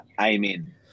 Amen